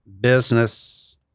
business